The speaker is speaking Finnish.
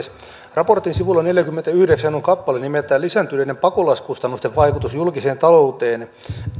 raportin sivulla neljäkymmentäyhdeksän on kappale nimeltään lisääntyneiden pakolaiskustannusten vaikutus julkiseen talouteen